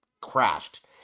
crashed